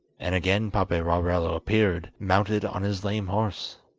and again paperarello appeared, mounted on his lame horse.